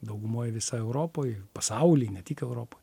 daugumoj visa europoj pasauly ne tik europoj